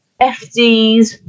FDs